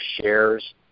shares